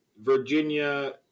virginia